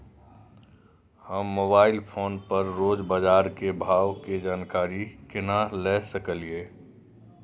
हम mobile phone पर रोज बाजार के भाव के जानकारी केना ले सकलिये?